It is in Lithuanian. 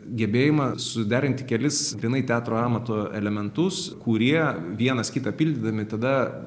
gebėjimą suderinti kelis grynai teatro amato elementus kurie vienas kitą papildydami tada